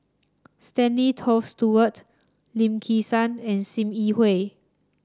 Stanley Toft Stewart Lim Kim San and Sim Yi Hui